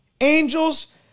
Angels